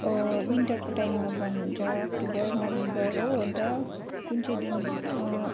विन्टरको टायममा बन्द हुन्छ अक्टोबर नोभेम्बर हो अन्त कुन चाहिँ दिन